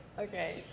okay